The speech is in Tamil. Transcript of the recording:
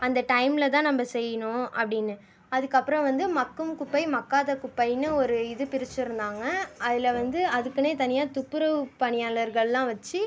அந்த டைமில்தான் நம்ம செய்யணும் அப்படின்னு அதுக்கப்புறம் வந்து மட்கும் குப்பை மட்காத குப்பைன்னு ஒரு இது பிரித்திருந்தாங்க அதில் வந்து அதுக்குன்னே தனியாக துப்புறவு பணியாளர்கள்லாம் வச்சு